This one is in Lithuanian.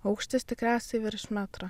aukštis tikriausiai virš metro